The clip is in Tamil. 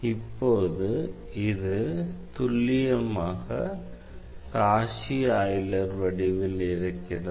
இப்போது இது துல்லியமாக காஷி ஆய்லர் வடிவில் இருக்கிறது